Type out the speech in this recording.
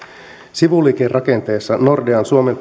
sivuliikerakenteessa nordea suomen